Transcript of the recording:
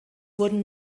wurden